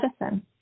medicine